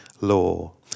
law